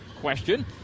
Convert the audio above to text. question